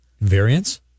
Variance